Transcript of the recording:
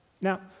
Now